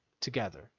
together